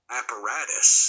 apparatus